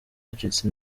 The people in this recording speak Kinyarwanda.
yacitse